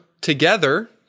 together